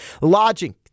lodging